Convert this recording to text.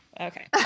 okay